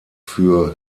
für